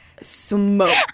smoke